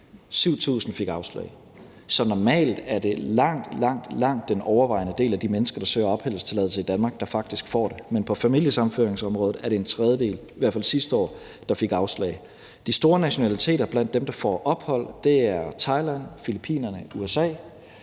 7.000 fik afslag. Så normalt er det langt, langt den overvejende del af de mennesker, der søger om opholdstilladelse i Danmark, der faktisk får den, men på familiesammenføringsområdet var det en tredjedel – i hvert fald sidste år – der fik afslag. De store nationaliteter blandt dem, der får ophold, er Thailand, Filippinerne, USA.